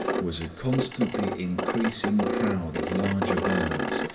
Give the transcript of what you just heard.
was a constantly increasing crowd of larger birds,